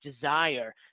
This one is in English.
desire